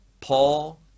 Paul